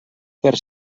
per